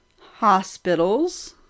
Hospitals